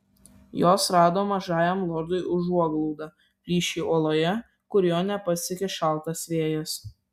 jos rado mažajam lordui užuoglaudą plyšį uoloje kur jo nepasiekė šaltas vėjas